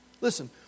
Listen